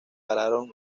pararon